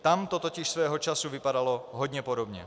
Tam to totiž svého času vypadalo hodně podobně.